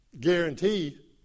guarantee